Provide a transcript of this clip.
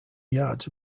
yards